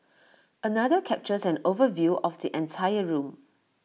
another captures an overview of the entire room